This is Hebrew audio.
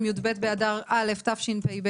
י"ב באדר א', תשפ"ב.